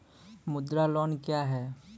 मुद्रा लोन क्या हैं?